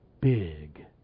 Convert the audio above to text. big